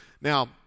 Now